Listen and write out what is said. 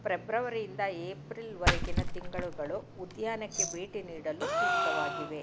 ಪ್ರೆಬ್ರವರಿಯಿಂದ ಏಪ್ರಿಲ್ವರೆಗಿನ ತಿಂಗಳುಗಳು ಉದ್ಯಾನಕ್ಕೆ ಭೇಟಿ ನೀಡಲು ಸೂಕ್ತವಾಗಿವೆ